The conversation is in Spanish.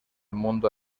mundo